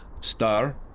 Star